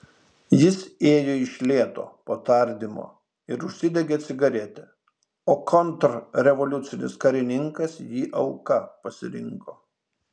jis ėjo iš lėto po tardymo ir užsidegė cigaretę o kontrrevoliucinis karininkas jį auka pasirinko